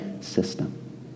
system